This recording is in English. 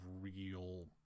real